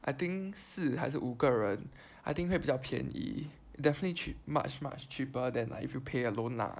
I think 四还是五个人 I think 会比较便宜 definitely cheap much much cheaper than like if you pay alone lah